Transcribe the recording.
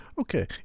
okay